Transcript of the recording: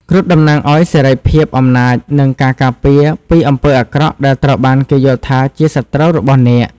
គ្រុឌតំណាងឲ្យសេរីភាព អំណាច និងការការពារពីអំពើអាក្រក់ដែលត្រូវបានគេយល់ថាជាសត្រូវរបស់នាគ។